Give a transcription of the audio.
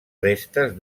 restes